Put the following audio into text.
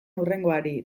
hurrengoari